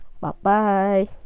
Bye-bye